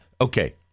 okay